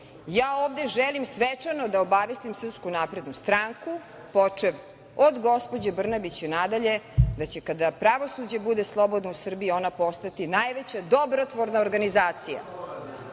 Ja ovde želim svečano da obavestim SNS, počev od gospođe Brnabić i nadalje, da će kada pravosuđe bude slobodno u Srbiji, ono postati najveća dobrotvorna organizacija,